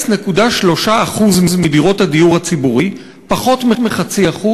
0.3% מדירות הדיור הציבורי, פחות מ-0.5%,